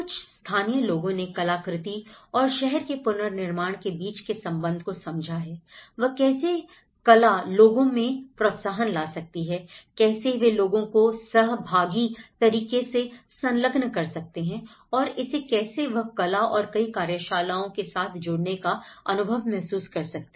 कुछ स्थानीय लोगों ने कलाकृति और शहर के पुनर्निर्माण के बीच के संबंध को समझा है कि कैसे कला लोगों में प्रोत्साहन ला सकती है कैसे वह लोगों को सहभागी तरीके से संलग्न कर सकते हैं और इसे कैसे वह कला और कई कार्यशालाओं के साथ जुड़ने का अनुभव महसूस कर सकते